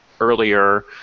earlier